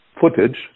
footage